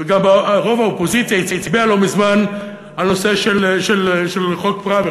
וגם רוב האופוזיציה הצביעה לא מזמן על הנושא של חוק פראוור,